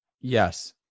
Yes